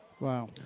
Wow